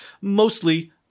mostly